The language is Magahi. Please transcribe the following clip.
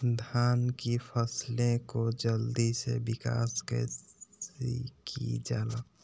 धान की फसलें को जल्दी से विकास कैसी कि जाला?